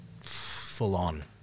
full-on